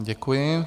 Děkuji.